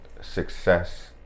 success